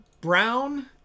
Brown